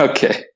Okay